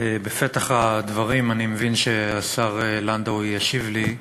בפתח הדברים, אני מבין שהשר לנדאו ישיב לי.